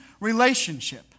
relationship